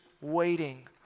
waiting